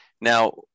Now